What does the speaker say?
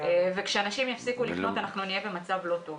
כשאנשים יפסיקו לפנות, אנחנו נהיה במצב לא טוב.